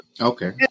Okay